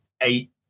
eight